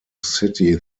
city